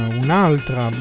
un'altra